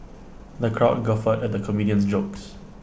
the crowd guffawed at the comedian's jokes